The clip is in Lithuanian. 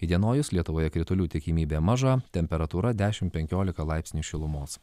įdienojus lietuvoje kritulių tikimybė maža temperatūra dešim penkiolika laipsnių šilumos